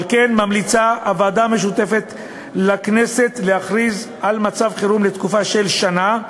על כן ממליצה הוועדה המשותפת לכנסת להכריז על מצב חירום לתקופה של שנה,